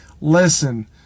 Listen